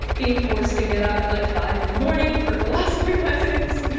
being forced to get up at like five in the morning for philosophy lessons,